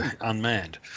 unmanned